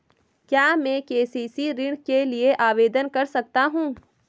क्या मैं के.सी.सी ऋण के लिए आवेदन कर सकता हूँ?